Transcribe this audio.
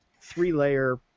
three-layer